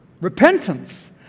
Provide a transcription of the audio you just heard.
Repentance